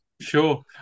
sure